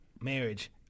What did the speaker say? Marriage